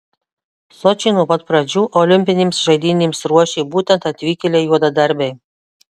sočį nuo pat pradžių olimpinėms žaidynėms ruošė būtent atvykėliai juodadarbiai